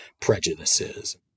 prejudices